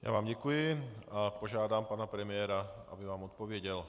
Já vám děkuji a požádám pana premiéra, aby vám odpověděl.